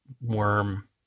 worm